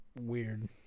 Weird